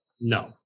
No